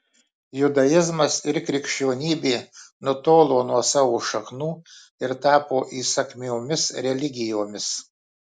judaizmas ir krikščionybė nutolo nuo savo šaknų ir tapo įsakmiomis religijomis